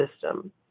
system